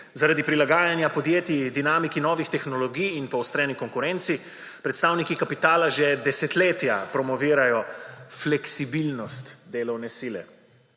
Zaradi prilagajanja podjetij dinamiki novih tehnologij in poostreni konkurenci predstavniki kapitala že desetletja promovirajo fleksibilnost delovne sile.